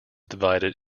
divided